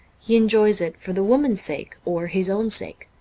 he enjoys it for the woman's sake, or his own sake.